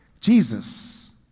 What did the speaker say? Jesus